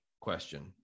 question